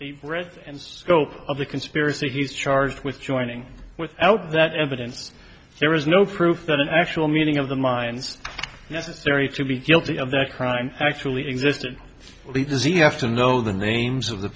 the breadth and scope of the conspiracy he's charged with joining without that evidence there is no proof that an actual meeting of the mines necessary to be guilty of that crime actually existed does he have to know the names of the